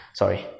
sorry